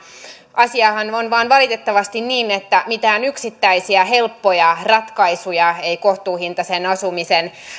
asiahan on vain valitettavasti niin että mitään yksittäisiä helppoja ratkaisuja ei kohtuuhintaisen asumisen